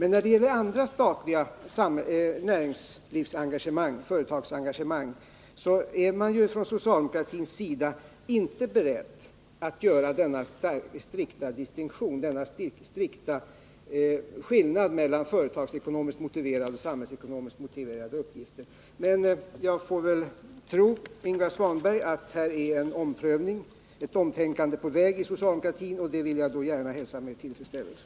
När det gäller andra statliga näringslivsengagemang och företagsengagemang är socialdemokratin inte beredd att göra denna strikta distinktion och skillnad mellan företagsekonomiskt motiverade och samhällsekonomiskt motiverade uppgifter. Men jag får väl tro Ingvar Svanbergs uppgift om att ett omtänkande är på väg inom socialdemokratin. Det vill jag gärna hälsa med tillfredsställelse.